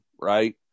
right